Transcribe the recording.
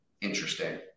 interesting